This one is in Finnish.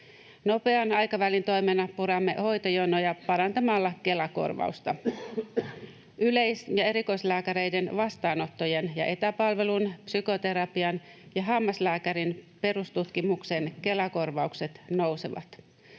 Nopean aikavälin toimena puramme hoitojonoja parantamalla Kela-korvausta. Yleis- ja erikoislääkäreiden vastaanottojen ja etäpalvelun, psykoterapian ja hammaslääkärin perustutkimuksen Kela-korvaukset nousevat.